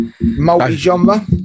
multi-genre